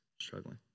struggling